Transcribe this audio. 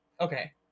Okay